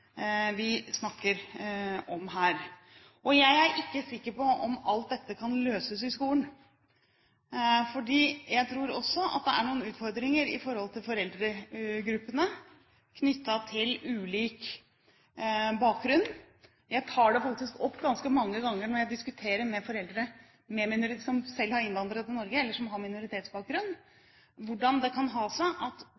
vi snakker om her. Jeg er ikke sikker på om alt dette kan løses i skolen. Jeg tror også det er noen utfordringer i forhold til foreldregruppene, knyttet til ulik bakgrunn. Jeg tar faktisk opp ganske mange ganger når jeg diskuterer med foreldre som selv har innvandret til Norge, eller som har minoritetsbakgrunn,